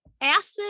Acid